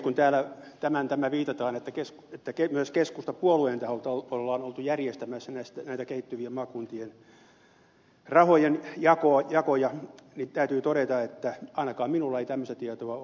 kun täällä viitataan että myös keskustapuolueen taholta on oltu järjestämässä näitä kehittyvien maakuntien suomen rahojen jakoja niin täytyy todeta että ainakaan minulla ei tämmöistä tietoa ole ollut